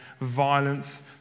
violence